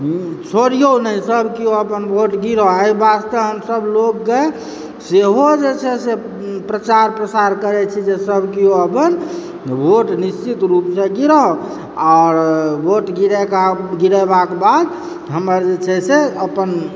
छोड़िऔ नहि सभकेओ अपन भोट गिराउ एहि वास्ते हमसभ लोगकऽ सेहो जे छै से प्रचार प्रसार करैत छी जे सभकेओ अपन वोट निश्चित रूपसँ गिराउ आओर वोट गिरेक गिरेबाकऽ बाद हमर जे छै से अपन